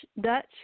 Dutch